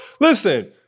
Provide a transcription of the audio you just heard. Listen